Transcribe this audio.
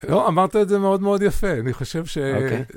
לא, אמרת את זה מאוד מאוד יפה, אני חושב ש...